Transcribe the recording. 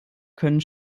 können